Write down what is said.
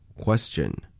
Question